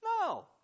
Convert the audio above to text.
No